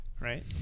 right